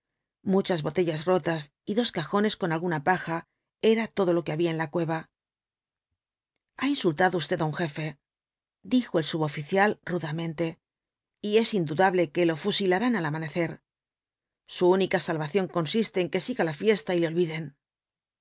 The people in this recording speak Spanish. muchas botellas rotas y dos cajones con alguna paja era todo lo que había en la cueva ha insultado usted á un jefe dijo el suboficial rudamente y es indudable que lo fusilarán al amanecer su única salvación consiste en que siga la fiesta y le olviden